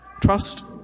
Trust